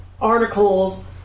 articles